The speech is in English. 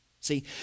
See